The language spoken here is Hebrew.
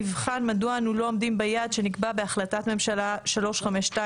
נבחן מדוע אנחנו לא עומדים ביעד שנקבע בהחלטת ממשלה 352